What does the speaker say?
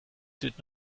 did